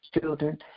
children